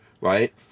right